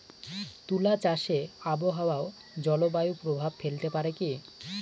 তুলা চাষে আবহাওয়া ও জলবায়ু প্রভাব ফেলতে পারে কি?